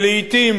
שלעתים